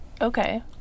Okay